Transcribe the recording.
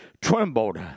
trembled